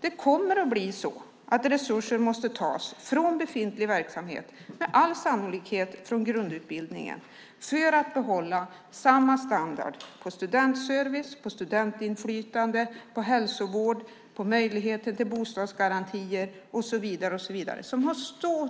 Det kommer att bli så att resurser måste tas från befintlig verksamhet, med all sannolikhet från grundutbildningen, för att behålla samma standard på studentservice, studentinflytande, hälsovård, möjligheter till bostadsgarantier, och så vidare. Det har